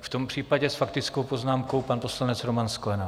Tak v tom případě s faktickou poznámkou pan poslanec Roman Sklenák.